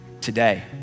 Today